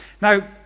Now